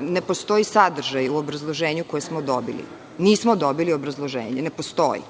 ne postoji sadržaj u obrazloženju koje smo dobili. Nismo dobili obrazloženje, ne postoji.